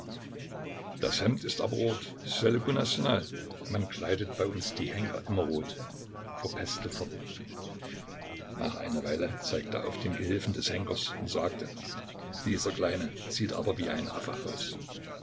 das hemd ist aber rot c'est le gout national man kleidet bei uns die henker immer rot fuhr pestel fort nach einer weile zeigte er auf den gehilfen des henkers und sagte dieser kleine sieht aber wie ein affe aus